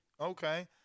Okay